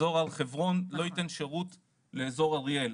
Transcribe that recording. אזור הר חברון לא יתן שירות לאזור אריאל,